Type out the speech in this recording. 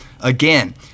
Again